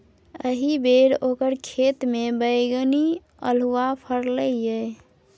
एहिबेर ओकर खेतमे बैगनी अल्हुआ फरलै ये